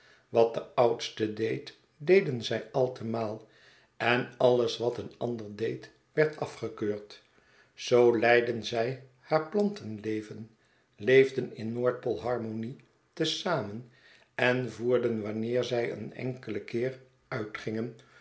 wat de oudste deed deden zij altemaal en alles wat een ander deed werd afgekeurd zoo leidden zij haar plantenleven leefden in noordpool harmonie te zamen en voerden wanneer zij een enkelen keer uitgingen